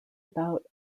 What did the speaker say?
about